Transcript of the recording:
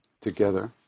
Together